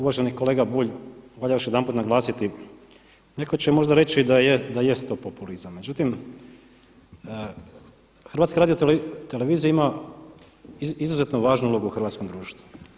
Uvaženi kolega Bulj, valja još jedanput naglasiti, neko će možda reći da jest to populizam, međutim HRT ima izuzetno važnu ulogu u hrvatskom društvu.